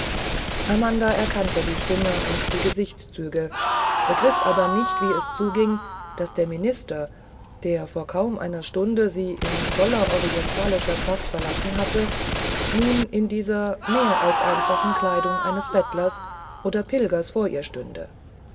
amanda erkannte die stimme und die gesichtszüge begriff aber nicht wie es zuging daß der minister der vor kaum einer stunde sie in voller orientalischer pracht verlassen hatte nun in dieser mehr als einfachen kleidung eines bettlers oder pilgers vor ihr stünde